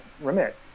Remit